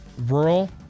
rural